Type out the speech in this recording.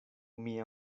mia